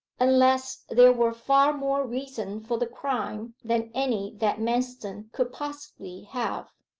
unless there were far more reason for the crime than any that manston could possibly have.